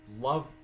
love